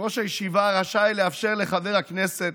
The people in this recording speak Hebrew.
"יושב-ראש הישיבה רשאי לאפשר לחבר הכנסת,